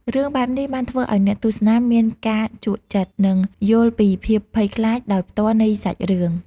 រឿងបែបនេះបានធ្វើឲ្យអ្នកទស្សនាមានការជក់ចិត្ត និងយល់ពីភាពភ័យខ្លាចដោយផ្ទាល់នៃសាច់រឿង។